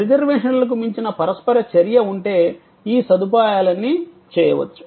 రిజర్వేషన్లకు మించిన పరస్పర చర్య ఉంటే ఈ సదుపాయాలన్నీ చేయవచ్చు